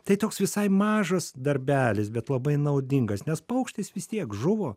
tai toks visai mažas darbelis bet labai naudingas nes paukštis vis tiek žuvo